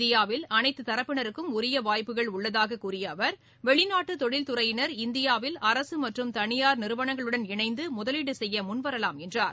இந்தியாவில் அனைத்து தரப்பினருக்கும் உரிய வாய்ப்புகள் உள்ளதாக கூறிய அவர் வெளிநாட்டு தொழில் துறையினர் இந்தியாவில் அரசு மற்றும் தனியார் நிறுவனங்களுடன் இணைந்து முதலீடு செய்ய முன்வரலாம் என்றார்